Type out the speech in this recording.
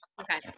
okay